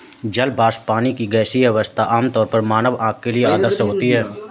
जल वाष्प, पानी की गैसीय अवस्था, आमतौर पर मानव आँख के लिए अदृश्य होती है